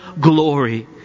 glory